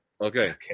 Okay